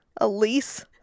Elise